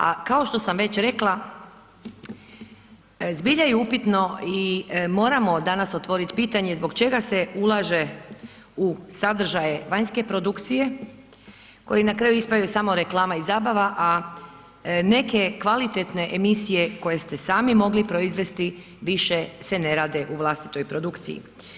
A kao što sam već rekla zbilja je upitno i moramo danas otvorit pitanje zbog čega se ulaže u sadržaje vanjske produkcije koji na kraju ispadaju samo reklama i zabava, a neke kvalitetne emisije koje ste sami mogli proizvesti više se ne rade u vlastitoj produkciji.